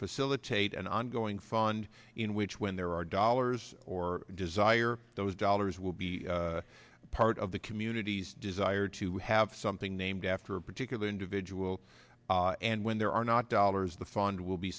facilitate an ongoing fund in which when there are dollars or desire those dollars will be part of the community's desire to have something named after a particular individual and when there are not dollars the fund will be